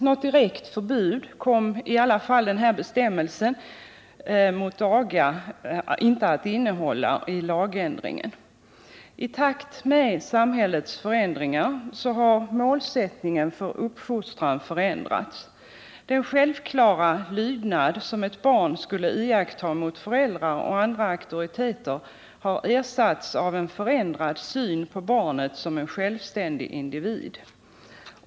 Något direkt förbud mot aga kom bestämmelsen inte att innehålla vid den lagändringen. I takt med samhällets förändringar har målsättningen för uppfostran förändrats. Den självklara lydnad som ett barn skulle iaktta mot föräldrar och andra auktoriteter har ersatts av en förändrad syn på barnet som en självständig individ.